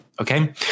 Okay